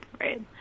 right